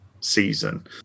season